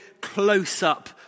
close-up